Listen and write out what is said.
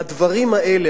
לדברים האלה,